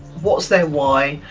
what's their why,